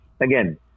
again